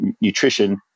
nutrition